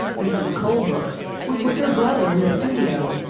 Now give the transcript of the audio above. mrs. colebrook was with her brother in the studio.